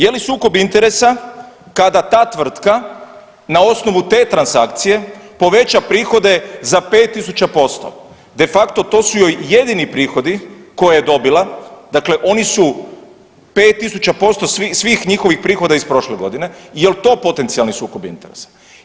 Je li sukob interesa kada ta tvrtka na osnovu te transakcije poveća prihode za 5000%, de facto to su joj jedini prihodi koje je dobila, dakle oni su 5000% svih njihovih prihoda iz prošle godine, jel to potencijalni sukob interesa?